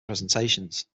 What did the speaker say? presentations